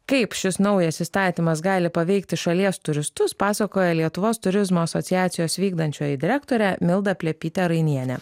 kaip šis naujas įstatymas gali paveikti šalies turistus pasakoja lietuvos turizmo asociacijos vykdančioji direktorė milda plepytė rainienė